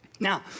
Now